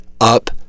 Up